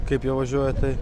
kaip jie važiuoja tai